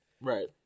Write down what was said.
Right